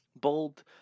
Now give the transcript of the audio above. Bold